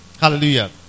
Hallelujah